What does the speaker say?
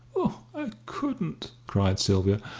oh, i couldn't! cried sylvia.